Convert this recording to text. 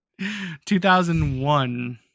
2001